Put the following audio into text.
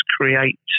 create